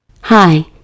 Hi